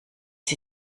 sie